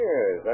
Yes